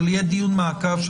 דיון מעקב,